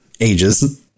ages